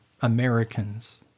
Americans